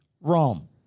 Rome